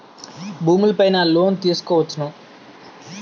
భూములు పైన లోన్ తీసుకోవచ్చును